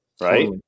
right